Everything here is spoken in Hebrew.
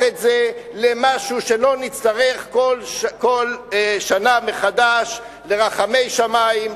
את זה למשהו שלא נצטרך בשבילו כל שנה מחדש רחמי שמים,